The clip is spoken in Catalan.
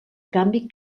canvi